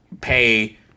pay